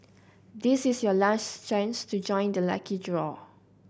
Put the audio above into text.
this is your last chance to join the lucky draw